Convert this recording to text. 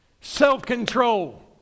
self-control